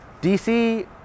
DC